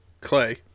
Clay